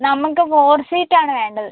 നമുക്ക് four seat ആണ് വേണ്ടത്